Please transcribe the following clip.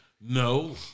No